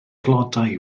flodau